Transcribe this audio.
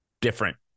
Different